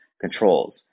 controls